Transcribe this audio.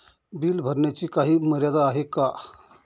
Bill भरण्याची काही मर्यादा आहे का?